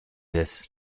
this